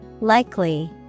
Likely